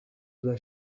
dla